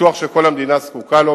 פיתוח שכל המדינה זקוקה לו.